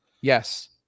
yes